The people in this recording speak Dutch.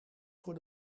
voor